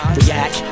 React